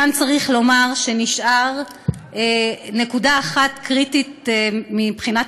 כאן צריך לומר שנשארה נקודה אחת קריטית לדיון מבחינת